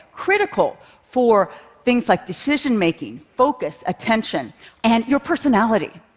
critical for things like decision-making, focus, attention and your personality.